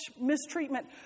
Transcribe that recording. mistreatment